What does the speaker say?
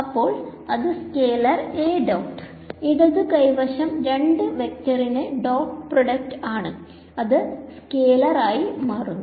അപ്പോൾ ഇത് scalar A dot ഇടതു കൈ വശം രണ്ട് വെക്ടറിന്റെ ഡോട്ട് പ്രൈഡക്റ്റ് ആണ് അത് സ്വാലർ ആയി മാറുന്നു